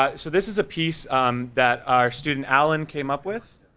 ah so this is a piece um that our student alan came up with.